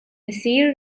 isir